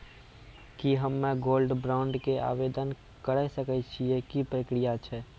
की हम्मय gold bond के आवदेन करे सकय छियै, की प्रक्रिया छै?